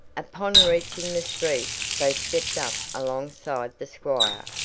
upon reaching the street they stepped up along side the squire,